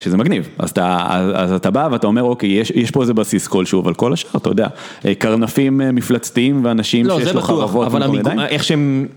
שזה מגניב, אז אתה בא ואתה אומר אוקיי, יש פה איזה בסיס כלשהו, אבל כל השאר אתה יודע, קרנפים מפלצתיים ואנשים שיש לך... אבל איך שהם...